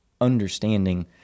understanding